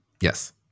Yes